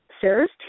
Sarah's